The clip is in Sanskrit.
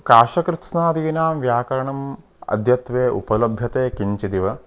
काशकृत्स्नादीनां व्याकरणम् अद्यत्वे उपलभ्यते किञ्चिदेव